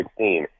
16